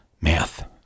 math